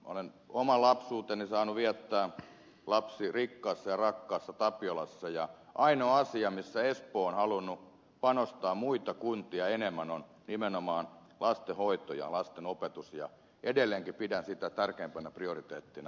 olen oman lapsuuteni saanut viettää lapsirikkaassa ja rakkaassa tapiolassa ja ainoa asia missä espoo on halunnut panostaa muita kuntia enemmän on nimenomaan lasten hoito ja lasten opetus ja edelleenkin pidän sitä tärkeimpänä prioriteettina